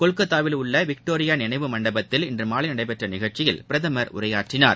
கொல்கத்தாவில் உள்ள விக்டோரியா நினைவு மண்டபத்தில் இன்று மாலை நடைபெற்ற நிகழ்ச்சியில் பிரதமர் உரையாற்றினார்